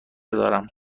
دارم